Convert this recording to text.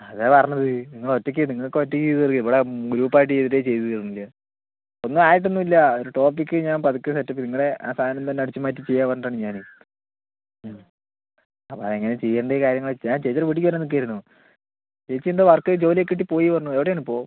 അതാ പറഞ്ഞത് നിങ്ങളൊറ്റയ്ക്ക് നിങ്ങൾക്കൊറ്റയ്ക്ക് ചെയ്തുതീർക്കാം ഇവിടെ ഗ്രൂപ്പായിട്ട് ചെയ്തിട്ടേ ചെയ്തു തീർന്നില്ല ഒന്നും ആയിട്ടൊന്നും ഇല്ല ഒരു ടോപ്പിക്ക് ഞാൻ പതുക്കെ സെറ്റപ്പ് ചെയ്തു നിങ്ങളുടെ ആ സാധനം തന്നെ അടിച്ചുമാറ്റി ചെയ്യാമെന്നു പറഞ്ഞിട്ടാണ് ഞാൻ അപ്പോൾ അതെങ്ങനെയാണ് ചെയ്യേണ്ടത് കാര്യങ്ങളൊക്കെ ഞാൻ ചേച്ചിയുടെ വീട്ടിലേക്ക് വരാൻ നിൽക്കുകയായിരുന്നു ചേച്ചിയെന്തോ വർക്ക് ജോലിയൊക്കെ കിട്ടി പോയിയെന്നു പറഞ്ഞു എവിടെയാണിപ്പോൾ